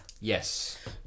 Yes